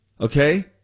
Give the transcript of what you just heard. Okay